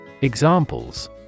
Examples